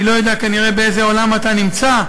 אני לא יודע כנראה באיזה עולם אתה נמצא,